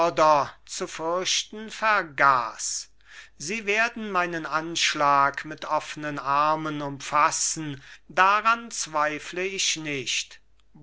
zu furchten vergaß sie werden meinen anschlag mit offnen armen umfassen daran zweifle ich nicht